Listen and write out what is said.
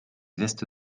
veste